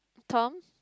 Tom